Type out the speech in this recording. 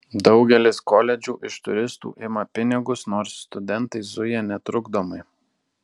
daugelis koledžų iš turistų ima pinigus nors studentai zuja netrukdomai